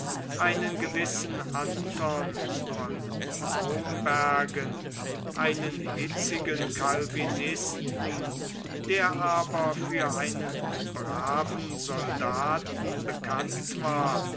einen gewissen anton von bomberg einen hitzigen calvinisten der aber für einen braven soldaten bekannt war